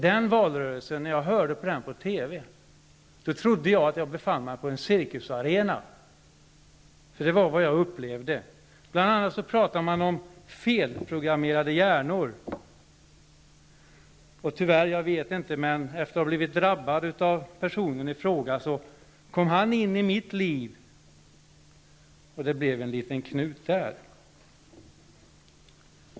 När jag hörde den valrörelsen på TV trodde jag att jag befann mig på en cirkusarena. Det var vad jag upplevde. Bl.a. pratade man då om ''felprogrammerade hjärnor''. Efter att ha blivit drabbad av personen i fråga så kom han in i mitt liv, och det blev en liten knut till på repet.